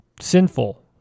sinful